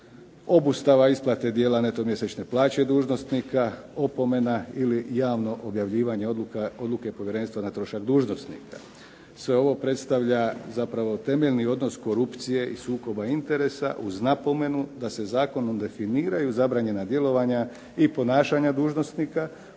obustava isplate dijela neto mjesečne plaće dužnosnika, opomena ili javno objavljivanje odluke povjerenstva na trošak dužnosnika. Sve ovo predstavlja zapravo temeljni odnos korupcije i sukoba interesa uz napomenu da se zakonom definiraju zabranjena djelovanja i ponašanja dužnosnika koja